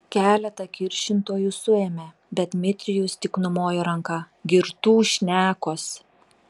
keletą kiršintojų suėmė bet dmitrijus tik numojo ranka girtų šnekos